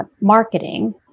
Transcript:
marketing